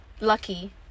Lucky